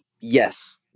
yes